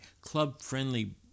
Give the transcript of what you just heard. club-friendly